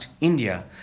India